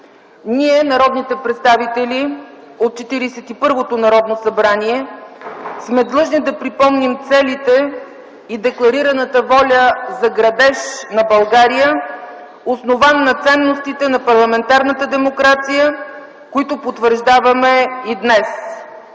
Ние, народните представители от Четиридесет и първото Народно събрание, сме длъжни да припомним целите и декларираната воля за градеж на България, основан на ценностите на парламентарната демокрация, които потвърждаваме и днес.